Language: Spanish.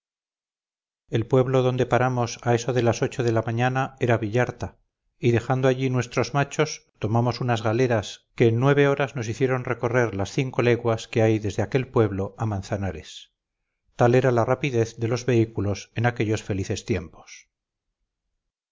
el pueblo donde paramos a eso de las ocho de la mañana era villarta y dejando allí nuestros machos tomamos unas galeras que en nueve horas nos hicieron recorrer las cinco leguas que hay desde aquel pueblo a manzanares tal era la rapidez de los vehículos en aquellos felices tiempos